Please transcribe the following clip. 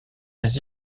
les